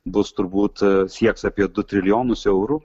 bus turbūt sieks apie du trilijonus eurų